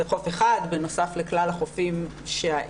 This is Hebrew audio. זה חוף אחד בנוסף לכלל החופים שהעיר